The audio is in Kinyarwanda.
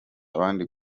abandi